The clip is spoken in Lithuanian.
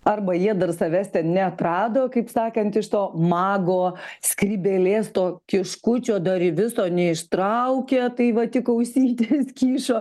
arba jie dar savęs neatrado kaip sakant iš to mago skrybėlės to kiškučio dar viso neištraukė tai va tik ausytės kyšo